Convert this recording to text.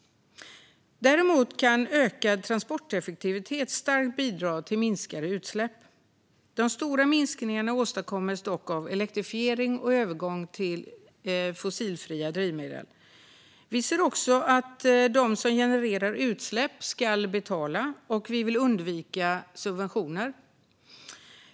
Däremot kan ökad transporteffektivitet starkt bidra till minskade utsläpp. De stora minskningarna åstadkommes dock av elektrifiering och övergång till fossilfria drivmedel. Vi anser att de som genererar utsläpp ska betala, och vi vill undvika subventioner.